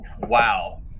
wow